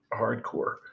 hardcore